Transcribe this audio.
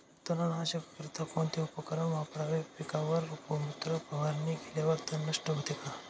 तणनाशकाकरिता कोणते उपकरण वापरावे? पिकावर गोमूत्र फवारणी केल्यावर तण नष्ट होते का?